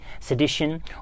sedition